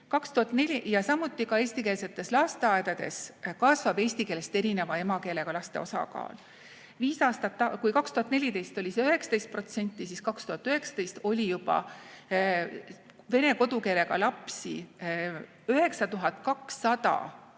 Ja samuti eestikeelsetes lasteaedades kasvab eesti keelest erineva emakeelega laste osakaal. Kui 2014 oli see 19%, siis 2019 läks 9200 vene kodukeelega last